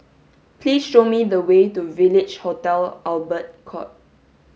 please show me the way to Village Hotel Albert Court